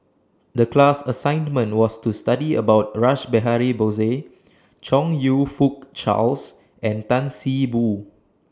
The class assignment was to study about Rash Behari Bose Chong YOU Fook Charles and Tan See Boo